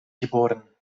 geboren